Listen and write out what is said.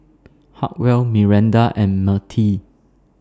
Hartwell Miranda and Mertie